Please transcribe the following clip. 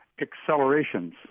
accelerations